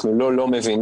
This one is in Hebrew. אנחנו לא לא מבינים,